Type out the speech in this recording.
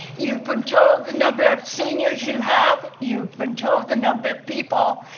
you've been told the number of seniors you have, you've been told the number of people,